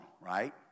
right